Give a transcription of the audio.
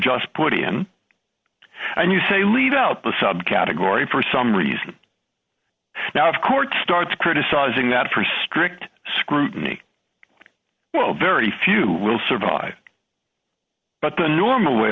just put in and you say leave out the subcategory for some reason now the court starts criticizing that for strict scrutiny well very few will survive but the normal way